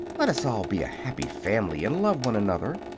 let us all be a happy family and love one another.